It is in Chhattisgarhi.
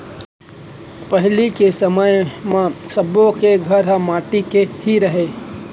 पहिली के समय म सब्बे के घर ह माटी के ही रहय